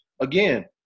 again